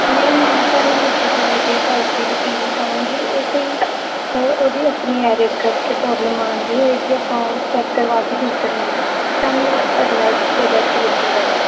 ਨਹੀਂ ਮੈਮ ਤੁਹਾਨੂੰ ਅੱਗੇ ਤੋਂ ਵਧੀਆ ਕੁਆਲਟੀ ਦੀ ਚੀਜ਼ ਹੀ ਦੇਵਾਂਗੇ ਉਹ ਕੋਈ ਉਹਦੀ ਆਪਣੀ ਐਰਰ ਕਰਕੇ ਪ੍ਰੋਬਲਮ ਆਂਦੀ ਹੋਏਗੀ ਆਪਾਂ ਚੈਕ ਕਰਵਾ ਕੇ ਠੀਕ ਕਰਵਾ ਦਾਂਗੇ ਤੁਹਾਨੂੰ ਅਗਲਾ ਪ੍ਰੋਡਕਟ ਵਧੀਆ ਦੇਵਾਂਗੇ